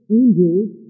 angels